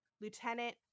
Lieutenant